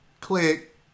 Click